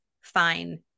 fine